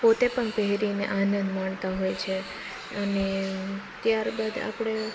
પોતે પણ પહેરીને આનંદ માણતા હોય છે અને ત્યારબાદ આપણે